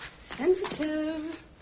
Sensitive